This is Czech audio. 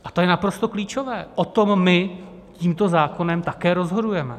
A to je naprosto klíčové, o tom my tímto zákonem také rozhodujeme.